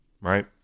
right